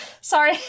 Sorry